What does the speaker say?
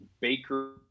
baker